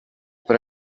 per